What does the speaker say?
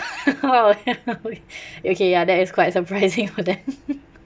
oh ya maybe okay ya that is quite surprising for them